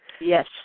Yes